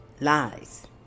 lies